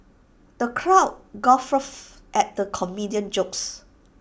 the crowd guffawed at the comedian's jokes